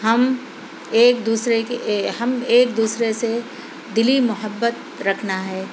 ہم ایک دوسرے کے ہم ایک دوسرے سے دِلی محبت رکھنا ہے